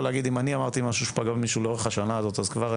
להגיד אם אני אמרתי משהו שפגע במישהו לאורך השנה הזאת ואני